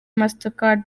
mastercard